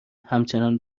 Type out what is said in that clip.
همچنان